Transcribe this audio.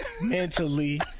mentally